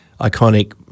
iconic